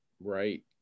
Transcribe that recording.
Right